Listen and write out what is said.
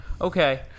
Okay